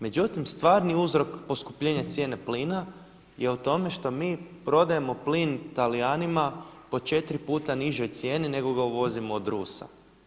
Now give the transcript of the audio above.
Međutim stvarni uzrok poskupljenja cijene plina je u tome što mi prodajemo plin Talijanima po 4 puta nižoj cijeni nego ga uvozimo od Rusa.